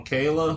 Kayla